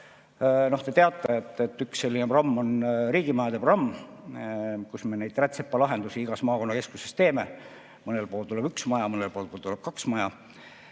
te teate, et üks selline programm on riigimajade programm, kus me neid rätsepalahendusi igas maakonnakeskuses teeme. Mõnel pool tuleb üks maja, mõnel pool tuleb kaks maja.